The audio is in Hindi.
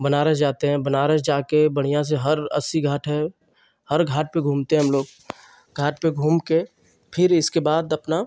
बनारस जाते हैं बनारस जा कर बढ़िया से हर अस्सी घाट है हर घाट पर घूमते हैं हम लोग घाट पर घूम कर फिर इसके बाद अपना